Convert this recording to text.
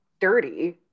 dirty